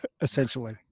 essentially